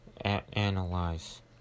analyze